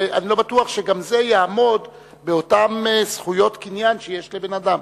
ואני לא בטוח שגם זה יעמוד באותם זכויות קניין שיש לבן-אדם.